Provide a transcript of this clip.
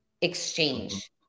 exchange